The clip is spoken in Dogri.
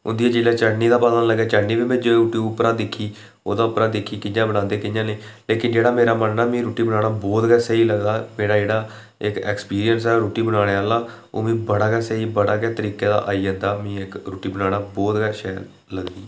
ओह्दी भी चटनी दा निं पता लग्गै चटनी बी में यूट्यूब परा दिक्खी ओह्बी ओह्दे परा दिक्खी कि'यां बनांदे कि'यां नेईं पर ओह्बी मेरा मन्नना कि मिगी रुट्टी बनाना बड़ा गै स्हेई लगदा मेरा जेह्ड़ा इक एक्सपीरियंस ऐ रुट्टी बनाने आह्ला ओह् मिगी बड़ा गै स्हेई बड़ा गै तरीकै दा आई जंदा इक रुट्टी बनाना बहुत गै शैल लगदी